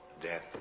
death